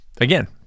Again